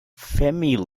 fermi